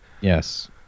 Yes